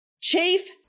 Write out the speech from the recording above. Chief